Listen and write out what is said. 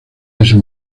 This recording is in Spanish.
ese